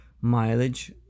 mileage